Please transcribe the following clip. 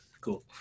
cool